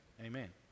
Amen